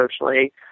socially